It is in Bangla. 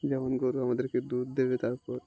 যেমন গরু আমাদেরকে দুধ দেবে তারপর